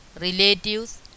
relatives